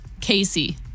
Casey